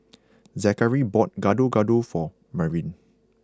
Zakary bought Gado Gado for Marian